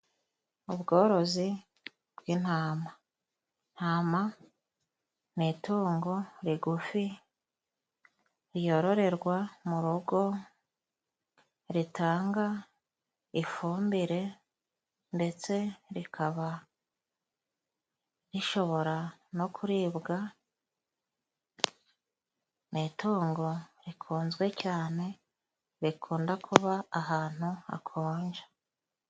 Ubworozi bw'intama, intama ni itungo rigufi ryororerwa mu rugo, ritanga ifumbire ndetse rikaba rishobora no kuribwa, ni itungo rikunzwe cyane rikunda kuba ahantu hakonja.